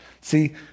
See